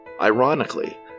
Ironically